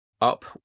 up